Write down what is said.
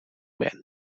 ban